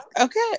Okay